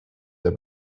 der